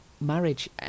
marriage